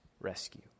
rescue